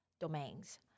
domains